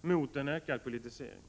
mot en ökad politisering.